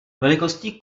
velikosti